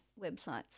websites